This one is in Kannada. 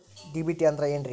ಡಿ.ಬಿ.ಟಿ ಅಂದ್ರ ಏನ್ರಿ?